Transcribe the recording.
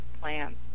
plans